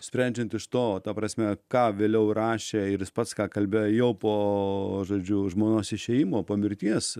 sprendžiant iš to ta prasme ką vėliau rašė ir jis pats ką kalbėjo jau po žodžiu žmonos išėjimo po mirties